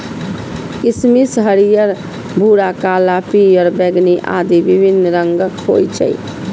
किशमिश हरियर, भूरा, काला, पीयर, बैंगनी आदि विभिन्न रंगक होइ छै